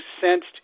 sensed